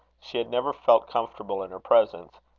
she had never felt comfortable in her presence,